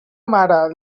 mare